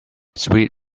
sweet